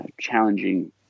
challenging